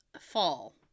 fall